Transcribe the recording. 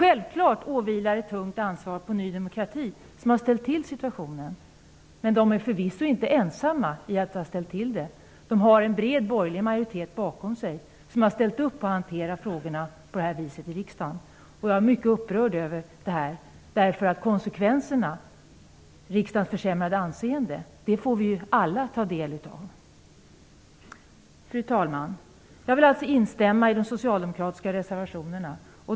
Självklart vilar ett tungt ansvar på Ny demokrati som har förorsakat den här situationen. Men man är förvisso inte ensam om att ha ställt till det. Man har en bred borgerlig majoritet bakom sig som har ställt upp på att frågorna har hanterats på det här viset i riksdagen. Jag är mycket upprörd. Konsekvensen, riksdagens försämrade anseende, får vi alla känna av. Fru talman! Jag instämmer alltså i de socialdemokratiska reservationerna.